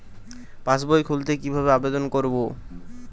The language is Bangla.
পাসবই খুলতে কি ভাবে আবেদন করব?